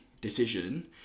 decision